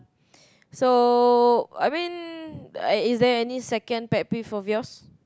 so I mean is there any second pet peeve of yours